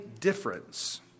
difference